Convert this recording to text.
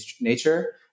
nature